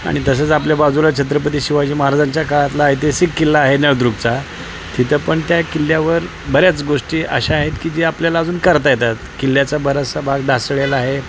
आणि तसंच आपल्या बाजूला छत्रपती शिवाजी महाराजांच्या काळातला ऐतिहासिक किल्ला आहे नळदुर्गचा तिथं पण त्या किल्ल्यावर बऱ्याच गोष्टी अशा आहेत की जे आपल्याला अजून करता येतात किल्ल्याचा बऱ्याचसा भाग ढासळळेला आहे